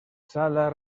sala